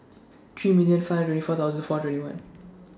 three million five twenty four thousand four twenty one